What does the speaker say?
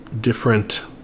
different